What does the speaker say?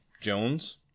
Jones